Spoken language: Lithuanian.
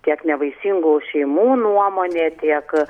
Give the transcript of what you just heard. tiek nevaisingų šeimų nuomonė tiek